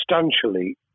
substantially